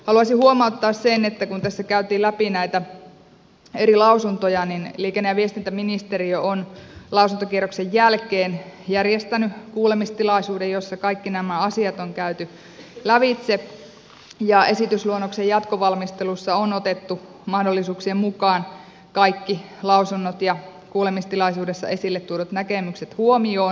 haluaisin huomauttaa että kun tässä käytiin läpi näitä eri lausuntoja niin liikenne ja viestintäministeriö on lausuntokierroksen jälkeen järjestänyt kuulemistilaisuuden jossa kaikki nämä asiat on käyty lävitse ja esitysluonnoksen jatkovalmistelussa on otettu mahdollisuuksien mukaan kaikki lausunnot ja kuulemistilaisuudessa esille tuodut näkemykset huomioon